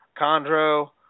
chondro